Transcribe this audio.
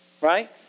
Right